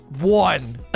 one